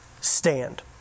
stand